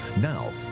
Now